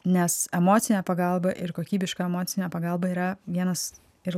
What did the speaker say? nes emocinę pagalbą ir kokybišką emocinę pagalbą yra vienas ir